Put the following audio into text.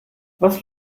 was